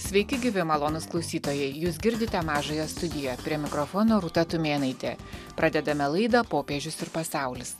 sveiki gyvi malonūs klausytojai jūs girdite mažąją studiją prie mikrofono rūta tumėnaitė pradedame laidą popiežius ir pasaulis